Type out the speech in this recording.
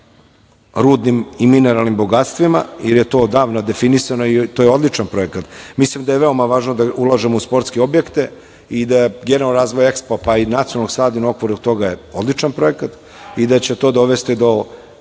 sa rudnim i mineralnim bogatstvima, jer je to davno definisano i to je odličan projekat. Mislim da je veoma važno da ulažemo u sportske objekte i da generalno razvoj EXPO, pa i Nacionalnog stadiona u okviru toga je odličan projekat i da će to dovesti do